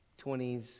20s